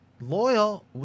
Loyal